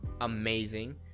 amazing